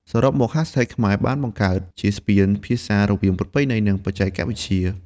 សរុបមក ហាស់ ថេកខ្មែរបានបង្កើតជាស្ពានភាសារវាងប្រពៃណី និងបច្ចេកវិទ្យា។